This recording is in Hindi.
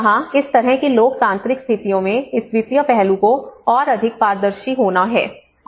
जहां इस तरह की लोकतांत्रिक स्थितियों में इस वित्तीय पहलू को और अधिक पारदर्शी होना है